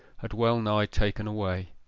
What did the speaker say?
had well-nigh taken away.